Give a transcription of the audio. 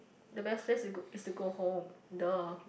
the best place is to is to go home duh